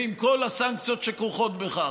ועם כל הסנקציות הכרוכות בכך,